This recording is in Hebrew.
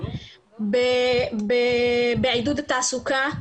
בעידוד התעסוקה.